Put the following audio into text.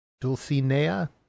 dulcinea